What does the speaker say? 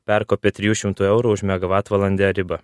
perkopė trijų šimtų eurų už megavatvalandę ribą